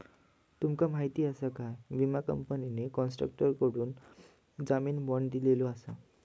तुमका माहीत आसा काय, विमा कंपनीने कॉन्ट्रॅक्टरकडसून जामीन बाँड दिलेलो आसा